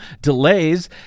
delays